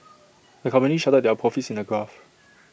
the company charted their profits in A graph